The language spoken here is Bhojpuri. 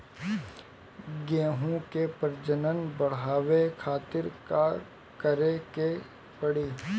गेहूं के प्रजनन बढ़ावे खातिर का करे के पड़ी?